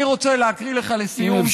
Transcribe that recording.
אני רוצה להקריא לך לסיום ציטוט קצר,